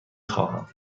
خواهم